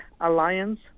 Alliance